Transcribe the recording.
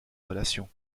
relation